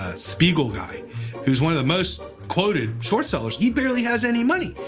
ah spiegel guy who's one of the most quoted short sellers, he barely has any money.